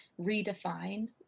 redefine